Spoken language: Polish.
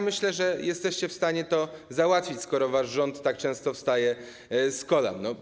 Myślę, że jesteście w stanie to załatwić, skoro wasz rząd tak często wstaje z kolan.